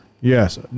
Yes